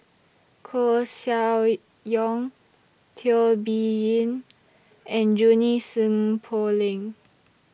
Koeh Sia Yong Teo Bee Yen and Junie Sng Poh Leng